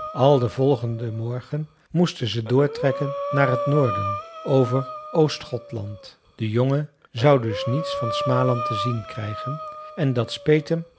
al den volgenden morgen moesten ze doortrekken naar het noorden over oostgothland de jongen zou dus niets van smaland te zien krijgen en dat speet hem